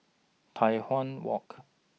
Tai Hwan Walk